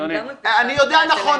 אני יודע, נכון.